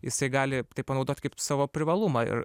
jisai gali panaudot kaip savo privalumą ir